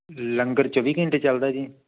ਲੰਗਰ ਚੌਵੀ ਘੰਟੇ ਚੱਲਦਾ ਜੀ